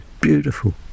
beautiful